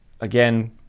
Again